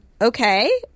okay